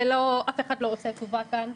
אף אחד לא עושה טובה כאן.